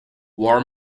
war